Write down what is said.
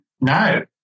No